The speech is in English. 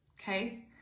okay